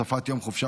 ייצוג הולם ללוחמים),